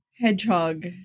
hedgehog